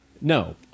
No